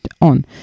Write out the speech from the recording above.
on